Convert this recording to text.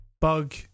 bug